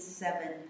seven